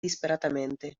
disperatamente